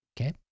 Okay